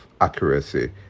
accuracy